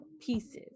pieces